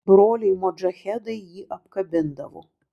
broliai modžahedai jį apkabindavo